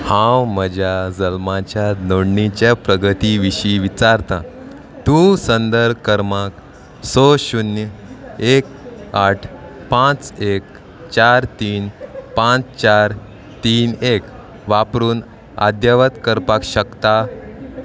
हांव म्हज्या जल्माच्या नोंदणीच्या प्रगती विशीं विचारतां तूं संदर्भ क्रर्मांक स शुन्य एक आठ पांच एक चार तीन पांच चार तीन एक वापरून अद्यावत करपाक शकता